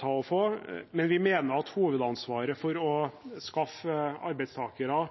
ta og få – men vi mener at hovedansvaret for å skaffe arbeidstakere